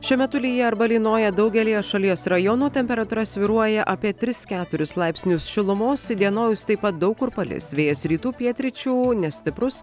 šiuo metu lyja arba lynoja daugelyje šalies rajonų temperatūra svyruoja apietris keturis laipsnius šilumos įdienojus taip pat daug kur palis vėjas rytų pietryčių nestiprus